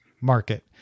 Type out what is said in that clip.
market